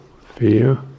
Fear